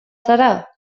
zara